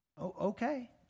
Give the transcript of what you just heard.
Okay